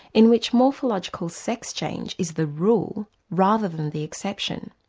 in which morphological sex change is the rule rather than the exception.